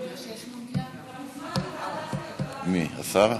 מי, השר?